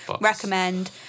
recommend